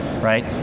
right